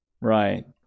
Right